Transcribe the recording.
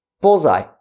Bullseye